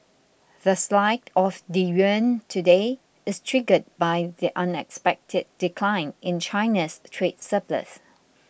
the slide of the yuan today is triggered by the unexpected decline in China's trade surplus